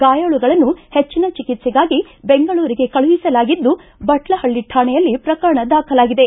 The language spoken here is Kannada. ಗಾಯಾಳುಗಳನ್ನು ಹೆಚ್ಚಿನ ಚಿಕಿತ್ಸೆಗಾಗಿ ಬೆಂಗಳೂರಿಗೆ ಕಳುಹಿಸಲಾಗಿದ್ದು ಬಟ್ಲಹಳ್ಳ ಕಾಣೆಯಲ್ಲಿ ಪ್ರಕರಣ ದಾಖಲಾಗಿದೆ